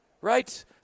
Right